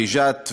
וג'ת,